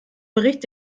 bericht